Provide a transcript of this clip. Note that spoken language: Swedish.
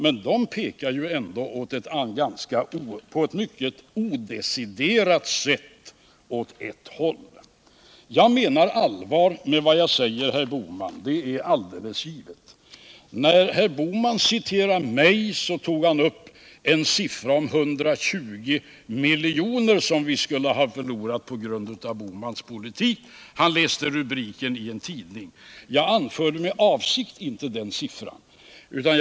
Men de pekar ändå på ew mycket deciderat sätt åt ett håll. Jag menar allvar med vad jag säger, herr Bohman. Det är alldeles givet. När herr Bohman citerade mig tog han upp beloppet 120 miljarder, som vi skulle ha förlorat på grund av hans politik. Han läste rubriken i en tidning. Jag anförde med avsikt inte detta belopp.